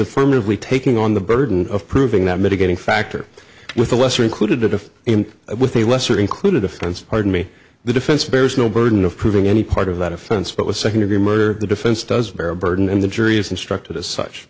affirmatively taking on the burden of proving that mitigating factor with a lesser included to him with a lesser included offense pardon me the defense bears no burden of proving any part of that offense but with second degree murder the defense does bear a burden and the jury is instructed as such